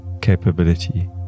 capability